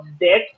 death